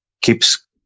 keeps